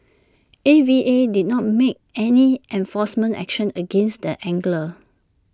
A V A did not make any enforcement action against the angler